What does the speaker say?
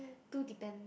too depend